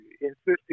insisting